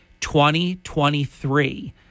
2023